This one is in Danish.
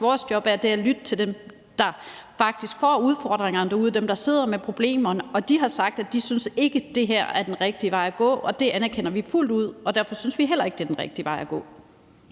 vores job er at lytte til dem, der faktisk vil få udfordringer derude, og dem, der sidder med problemerne. Og de har sagt, at de ikke synes, at det her er den rigtige vej at gå. Det anerkender vi fuldt ud, og derfor synes vi heller ikke, at det er den rigtige vej at gå.